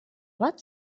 bat